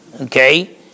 okay